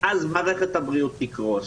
אז מערכת הבריאות תקרוס.